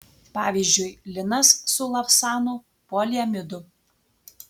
pavyzdžiui linas su lavsanu poliamidu